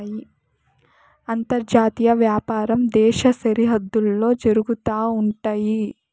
అంతర్జాతీయ వ్యాపారం దేశ సరిహద్దుల్లో జరుగుతా ఉంటయి